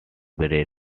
bread